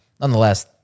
nonetheless